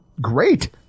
Great